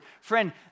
Friend